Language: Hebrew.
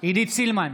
עידית סילמן,